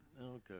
Okay